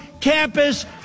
campus